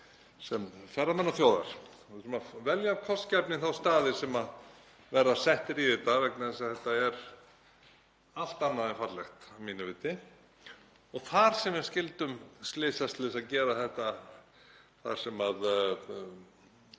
sem ferðamannaþjóðar. Við þurfum að velja af kostgæfni þá staði sem verða settir í þetta vegna þess að þetta er allt annað en fallegt að mínu viti. Og þar sem við skyldum slysast til að gera þetta þar sem